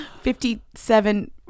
Fifty-seven